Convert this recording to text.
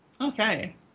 Okay